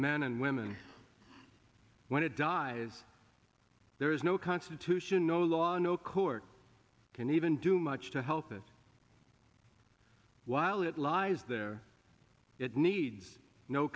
men and women when it dies there is no constitution no law no court can even do much to help it while it lies there it needs no